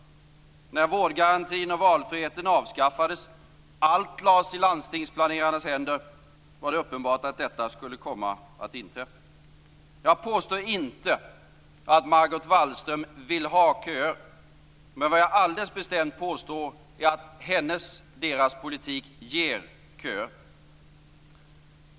När vårdgarantin och valfriheten avskaffades och allt lades i landstingsplanerarnas händer var det uppenbart att detta skulle inträffa. Jag påstår inte att Margot Wallström vill ha köer. Men jag påstår alldeles bestämt att hennes och Socialdemokraternas politik ger köer.